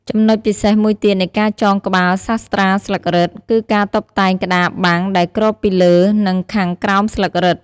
ចំណុចពិសេសមួយទៀតនៃការចងក្បាលសាស្រ្តាស្លឹករឹត គឺការតុបតែងក្តារបាំងដែលគ្របពីលើ និងខាងក្រោមស្លឹករឹត។